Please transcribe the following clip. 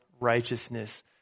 righteousness